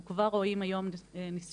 אנחנו כבר רואים היום ניסיונות